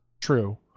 True